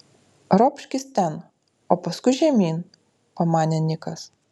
ropškis ten o paskui žemyn pamanė nikas